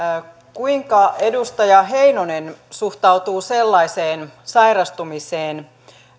kuinka edustaja heinonen suhtautuu sellaiseen sairastumiseen